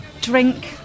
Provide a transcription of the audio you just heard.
drink